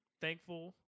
thankful